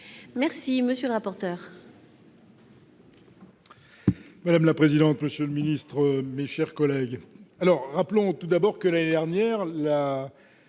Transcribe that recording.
merci monsieur le rapporteur.